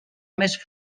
més